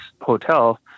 hotel